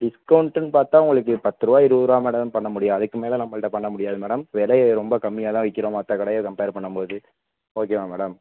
டிஸ்கவுண்ட்டுன்னு பார்த்தா உங்களுக்கு பத்துரூவா இருபதுருவா மேடம் பண்ண முடியும் அதற்கு மேலே நம்பள்கிட்ட பண்ண முடியாது மேடம் விலைய ரொம்ப கம்மியாகதான் விற்கிறோம் மற்ற கடையை கம்ப்பர் பண்ணும்போது ஓகேவா மேடம்